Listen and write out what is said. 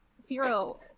Zero